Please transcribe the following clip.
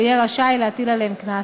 הוא יהיה רשאי להטיל עליהם קנס.